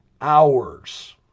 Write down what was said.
hours